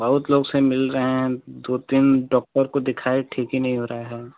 बहुत लोग से मिल रहे हैं दो तीन डॉक्टर को दिखाएँ ठीक ही नहीं हो रहा है